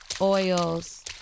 oils